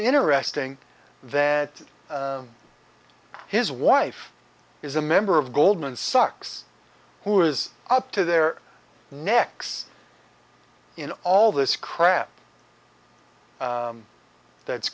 interesting that his wife is a member of goldman sachs who is up to their necks in all this crap that's